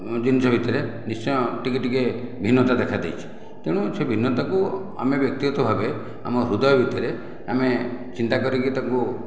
ଜିନିଷ ଭିତରେ ନିଶ୍ଚୟ ଟିକିଏ ଟିକିଏ ଭିନ୍ନତା ଦେଖାଦେଇଛି ତେଣୁ ସେ ଭିନ୍ନତାକୁ ଆମେ ବ୍ୟକ୍ତିଗତ ଭାବେ ଆମ ହୃଦୟ ଭିତରେ ଆମେ ଚିନ୍ତା କରିକି ତାକୁ